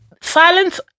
silence